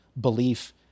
belief